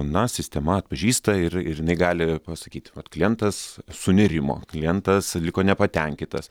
na sistema atpažįsta ir ir jinai gali pasakyt vat klientas sunerimo klientas liko nepatenkintas